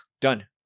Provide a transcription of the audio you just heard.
done